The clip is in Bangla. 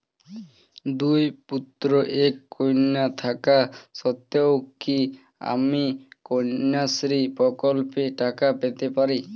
দুই পুত্র এক কন্যা থাকা সত্ত্বেও কি আমি কন্যাশ্রী প্রকল্পে টাকা পেতে পারি?